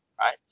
right